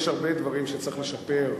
יש הרבה דברים שצריך לשפר,